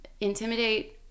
intimidate